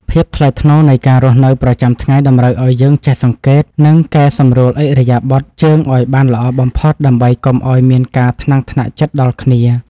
ភាពថ្លៃថ្នូរនៃការរស់នៅប្រចាំថ្ងៃតម្រូវឱ្យយើងចេះសង្កេត និង កែសម្រួលឥរិយាបថជើងឱ្យបានល្អបំផុតដើម្បីកុំឱ្យមានការថ្នាំងថ្នាក់ចិត្តដល់គ្នា។